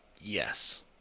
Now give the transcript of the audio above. Yes